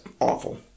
awful